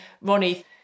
Ronnie